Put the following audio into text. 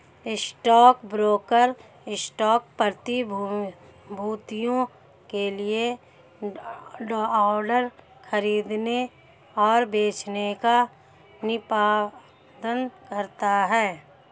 stockbroker stock प्रतिभूतियों के लिए ऑर्डर खरीदने और बेचने का निष्पादन करता है